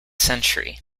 century